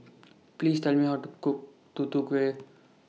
Please Tell Me How to Cook Tutu Kueh